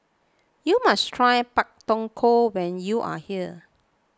you must try Pak Thong Ko when you are here